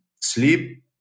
sleep